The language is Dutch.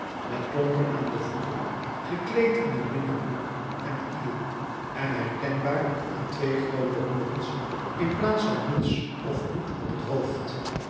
met klompen aan de voeten gekleed in een linnen broek en kiel en herkenbaar aan twee groote hoorns in plaats van muts of hoed op het hoofd